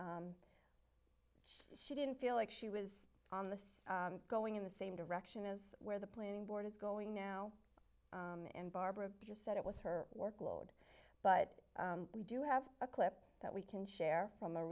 she didn't feel like she was on the same going in the same direction as where the planning board is going now and barbara just said it was her workload but we do have a clip that we can share from a